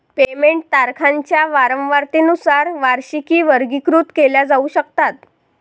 payment तारखांच्या वारंवारतेनुसार वार्षिकी वर्गीकृत केल्या जाऊ शकतात